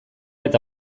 eta